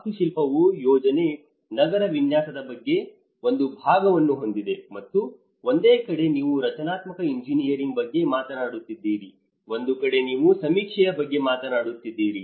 ವಾಸ್ತುಶಿಲ್ಪವು ಯೋಜನೆ ನಗರ ವಿನ್ಯಾಸದ ಒಂದು ಭಾಗವನ್ನು ಹೊಂದಿದೆ ಮತ್ತು ಒಂದು ಕಡೆ ನೀವು ರಚನಾತ್ಮಕ ಎಂಜಿನಿಯರಿಂಗ್ ಬಗ್ಗೆ ಮಾತನಾಡುತ್ತಿದ್ದೀರಿ ಒಂದು ಕಡೆ ನೀವು ಸಮೀಕ್ಷೆಯ ಬಗ್ಗೆ ಮಾತನಾಡುತ್ತಿದ್ದೀರಿ